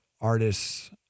artists